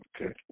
Okay